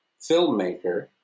filmmaker